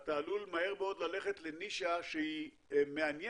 אתה עלול מהר מאוד ללכת לנישה שהיא מעניינת,